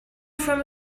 from